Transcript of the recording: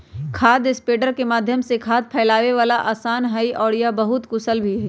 खाद स्प्रेडर के माध्यम से खाद फैलावे ला आसान हई और यह बहुत कुशल भी हई